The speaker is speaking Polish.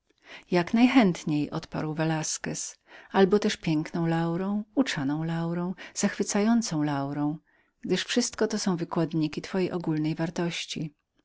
jak najchętniej odparł velasquez albo też piękną laurą uczoną laurą zachwycającą laurą gdyż wszystko to są wykładniki twojej ogólnej wartości